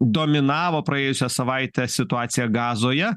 dominavo praėjusią savaitę situacija gazoje